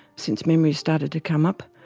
since memories started to come up,